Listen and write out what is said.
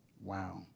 Wow